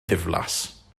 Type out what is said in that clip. ddiflas